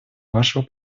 вашего